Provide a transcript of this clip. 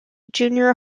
junior